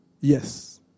Yes